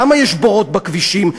למה יש בורות בכבישים?